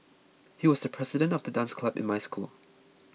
he was the president of the dance club in my school